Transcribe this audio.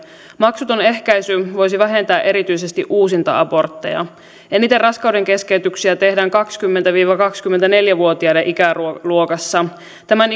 maksuton ehkäisy voisi vähentää erityisesti uusinta abortteja eniten raskaudenkeskeytyksiä tehdään kaksikymmentä viiva kaksikymmentäneljä vuotiaiden ikäluokassa tämän